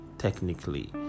technically